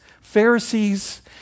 Pharisees